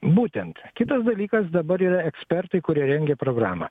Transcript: būtent kitas dalykas dabar yra ekspertai kurie rengia programą